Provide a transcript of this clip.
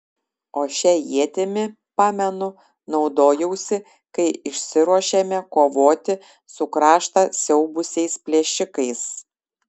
o šia ietimi pamenu naudojausi kai išsiruošėme kovoti su kraštą siaubusiais plėšikais